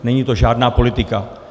Není to žádná politika.